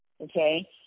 Okay